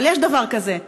אבל יש דבר כזה.